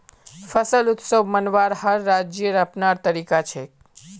फसल उत्सव मनव्वार हर राज्येर अपनार तरीका छेक